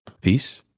Peace